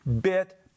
bit